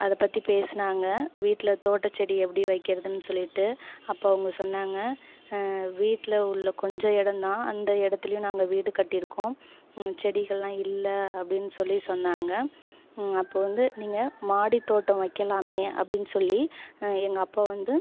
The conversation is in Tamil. அதை பற்றி பேசுனாங்க வீட்டில் தோட்ட செடி எப்படி வைக்கறதுனு சொல்லிட்டு அப்போ அவங்க சொன்னாங்க வீட்டில் உள்ள கொஞ்சம் இடந்தான் அந்த இடத்திலயும் நாங்கள் வீடு கட்டிருக்கோம் செடிகள்லாம் இல்லை அப்படின் சொல்லி சொன்னாங்க அப்போ வந்து நீங்கள் மாடி தோட்டம் வைக்கலாமே அப்படின் சொல்லி எங்கள் அப்பா வந்து